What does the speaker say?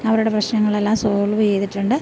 അവരുടെ പ്രശ്നങ്ങളെല്ലാം സോൾവ് ചെയ്തിട്ടുണ്ട്